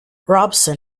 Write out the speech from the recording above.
robson